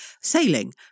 sailing